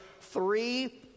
three